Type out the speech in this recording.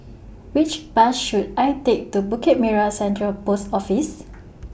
Which Bus should I Take to Bukit Merah Central Post Office